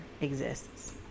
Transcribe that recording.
exists